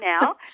now